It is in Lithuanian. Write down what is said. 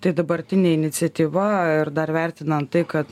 tai dabartinė iniciatyva ir dar vertinant tai kad